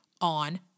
on